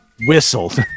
Whistled